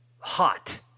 hot